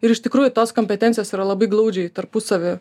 ir iš tikrųjų tos kompetencijos yra labai glaudžiai tarpusavy